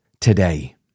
today